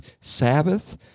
Sabbath